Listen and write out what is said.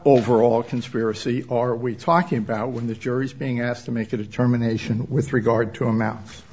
overall conspiracy are we talking about when the jury is being asked to make a determination with regard to amou